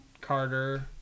Carter